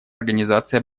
организации